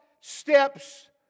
steps